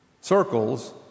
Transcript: circles